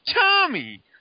tommy